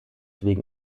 wegen